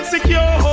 Secure